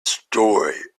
story